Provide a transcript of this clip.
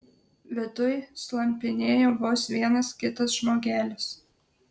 viduj slampinėjo vos vienas kitas žmogelis